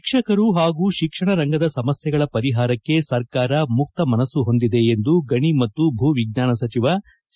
ಶಿಕ್ಷಕರು ಹಾಗೂ ಶಿಕ್ಷಣ ರಂಗದ ಸಮಸ್ಯೆಗಳ ಪರಿಹಾರಕ್ಕೆ ಸರ್ಕಾರ ಮುಕ್ತ ಮನಸ್ಸು ಹೊಂದಿದೆ ಎಂದು ಗಣಿ ಮತ್ತು ಭೂವಿಜ್ಞಾನ ಸಚಿವ ಸಿ